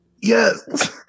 Yes